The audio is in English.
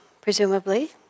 presumably